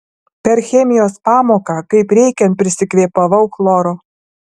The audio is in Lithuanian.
per chemijos pamoką kaip reikiant prisikvėpavau chloro